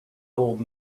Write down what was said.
old